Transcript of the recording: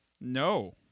No